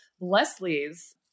Leslie's